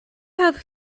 have